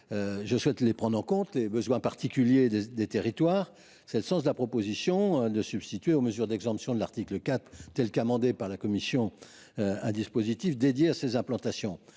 Je souhaite prendre en compte les besoins particuliers des territoires ; voilà pourquoi j’ai proposé de substituer aux mesures d’exemption de l’article 4, tel qu’amendé par la commission, un dispositif dédié à ces implantations.